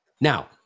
Now